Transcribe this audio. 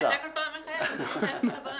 לא, אתה כל פעם מחייך אז אני מחייכת חזרה.